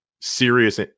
serious